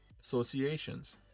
associations